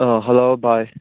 hello ꯚꯥꯥꯏ